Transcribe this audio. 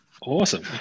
Awesome